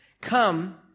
Come